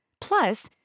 Plus